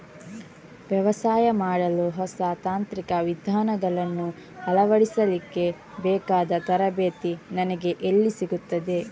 ವ್ಯವಸಾಯ ಮಾಡಲು ಹೊಸ ತಾಂತ್ರಿಕ ವಿಧಾನಗಳನ್ನು ಅಳವಡಿಸಲಿಕ್ಕೆ ಬೇಕಾದ ತರಬೇತಿ ನನಗೆ ಎಲ್ಲಿ ಸಿಗುತ್ತದೆ?